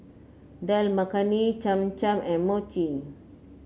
Dal Makhani Cham Cham and Mochi